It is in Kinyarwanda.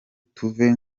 tuve